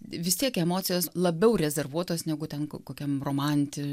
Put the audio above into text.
vis tiek emocijos labiau rezervuotos negu ten ko kokiam romanti